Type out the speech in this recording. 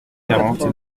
quarante